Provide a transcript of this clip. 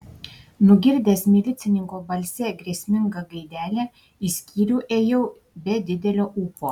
nugirdęs milicininko balse grėsmingą gaidelę į skyrių ėjau be didelio ūpo